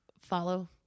Follow